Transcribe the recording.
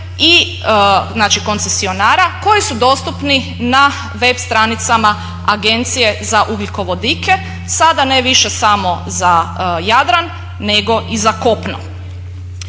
koncesionara koji su dostupni na web stranicama Agencije za ugljikovodike, sada ne više samo za Jadran nego i za kopno.